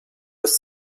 ist